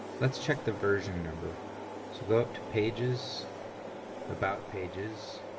let's check the version number so go up to pages about pages